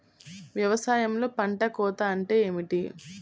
వ్యవసాయంలో పంట కోత అంటే ఏమిటి?